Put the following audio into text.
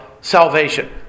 salvation